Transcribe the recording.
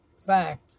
fact